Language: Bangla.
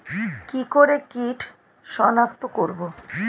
কি করে কিট শনাক্ত করব?